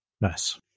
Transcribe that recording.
Nice